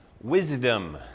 wisdom